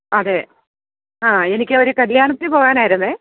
അതെ ആ എനിക്കൊരു കല്യാണത്തിന് പോകാനായിരുന്നു